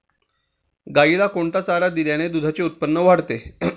गाईला कोणता चारा दिल्याने दुधाचे उत्पन्न वाढते?